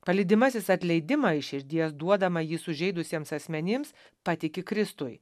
palydimasis atleidimą iš širdies duodamą jį sužeidusiems asmenims patiki kristui